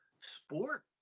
sport